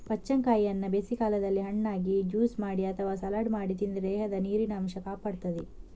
ಬಚ್ಚಂಗಾಯಿಯನ್ನ ಬೇಸಿಗೆ ಕಾಲದಲ್ಲಿ ಹಣ್ಣಾಗಿ, ಜ್ಯೂಸು ಮಾಡಿ ಅಥವಾ ಸಲಾಡ್ ಮಾಡಿ ತಿಂದ್ರೆ ದೇಹದ ನೀರಿನ ಅಂಶ ಕಾಪಾಡ್ತದೆ